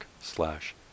slash